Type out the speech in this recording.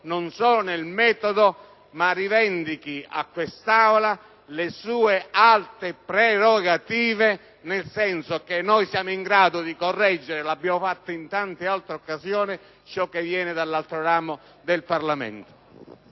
merito e nel metodo, ma perché rivendica a quest'Aula le sue alte prerogative, nel senso che siamo in grado di correggere, come abbiamo fatto in tante altre occasioni, ciò che viene dall'altro ramo del Parlamento.